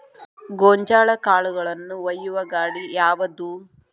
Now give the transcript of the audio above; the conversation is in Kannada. ಗೋಂಜಾಳ ಕಾಳುಗಳನ್ನು ಒಯ್ಯುವ ಗಾಡಿ ಯಾವದು?